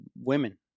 women